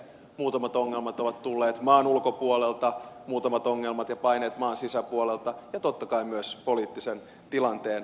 muutamat ongelmat ovat tulleet maan ulkopuolelta muutamat ongelmat ja paineet maan sisäpuolelta ja totta kai myös poliittisen tilanteen kautta